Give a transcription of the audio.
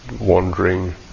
Wandering